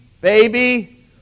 baby